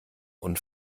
und